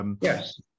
Yes